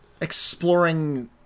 exploring